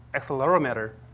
accelerometer,